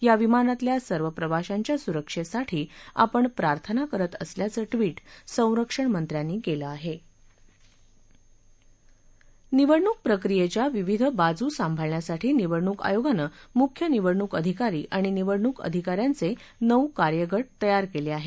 या विमानातल्या सर्व प्रवाशांच्या सुरक्षेसाठी आपण प्रार्थना करत असल्याचं निवडणूक प्रक्रियेच्या विविध बाजू सांभाळण्यासाठी निवडणूक आयोगानं मुख्य निवडणूक अधिकारी आणि निवडणूक अधिकाऱ्यांचे नऊ कार्यगांतयार केले आहेत